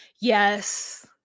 Yes